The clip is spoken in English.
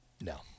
No